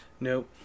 Nope